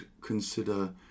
consider